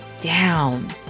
Down